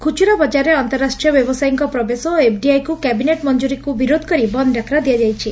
ଖୁଚୁରା ବଜାରରେ ଆନ୍ତଃରାଷ୍ଟ୍ରୀୟ ବ୍ୟବସାଯୀଙ୍କ ପ୍ରବେଶ ଓ ଏଫ୍ଡିଆଇକୁ କ୍ୟାବିନେଟ୍ ମଞ୍ଚୁରୀକୁ ବିରୋଧ କରି ବନ୍ଦ ଡାକରା ଦିଆଯାଇଛି